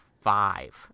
five